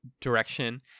direction